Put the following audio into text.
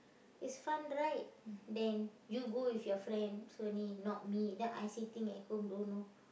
it's fun right then you go with your friends only not me then I sitting at home don't know